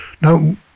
Now